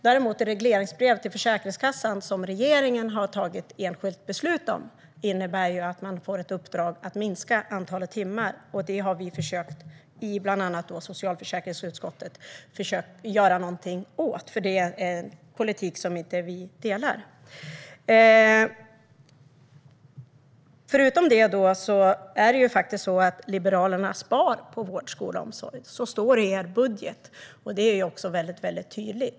Däremot innebär det regleringsbrev till Försäkringskassan som regeringen ensam beslutat om att man får i uppdrag att minska antalet timmar. Det har vi bland annat i socialförsäkringsutskottet försökt göra något åt, för det är en politik som vi inte delar. Förutom detta sparar Liberalerna på vård, skola och omsorg. Så står det i er budget. Det är också väldigt tydligt.